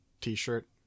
t-shirt